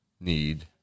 need